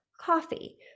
Coffee